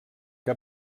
que